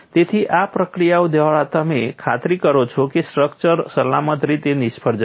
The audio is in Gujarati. તેથી આ પ્રક્રિયાઓ દ્વારા તમે ખાતરી કરો છો કે સ્ટ્રક્ચર સલામત રીતે નિષ્ફળ જશે